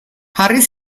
jarri